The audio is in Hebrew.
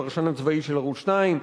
הפרשן הצבאי של ערוץ-2,